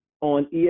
on